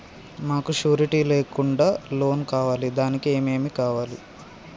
మాకు షూరిటీ లేకుండా లోన్ కావాలి దానికి ఏమేమి కావాలి?